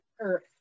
earth